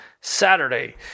Saturday